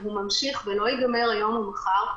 וזה ממשיך ולא ייגמר היום או מחר,